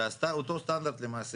שעשתה אותו סטנדרט למעשה